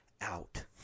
out